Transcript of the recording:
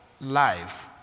life